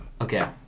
Okay